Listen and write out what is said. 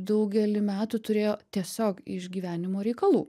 daugelį metų turėjo tiesiog išgyvenimo reikalų